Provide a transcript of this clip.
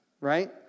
right